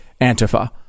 Antifa